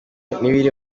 n’ibiri